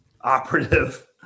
operative